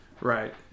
Right